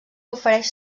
ofereix